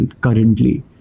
currently